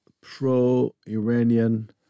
pro-Iranian